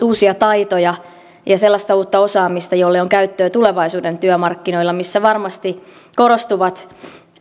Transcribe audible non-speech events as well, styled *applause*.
*unintelligible* uusia taitoja ja sellaista uutta osaamista jolle on käyttöä tulevaisuuden työmarkkinoilla missä varmasti korostuvat